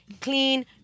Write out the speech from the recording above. clean